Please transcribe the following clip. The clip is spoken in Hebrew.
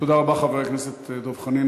תודה רבה, חבר הכנסת דב חנין.